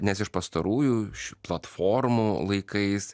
nes iš pastarųjų šių platformų laikais